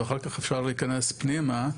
ואחר כך אפשר להיכנס פנימה,